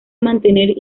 mantener